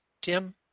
Tim